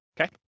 okay